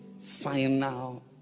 final